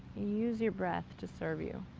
use your breath to serve you,